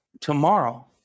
tomorrow